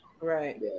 right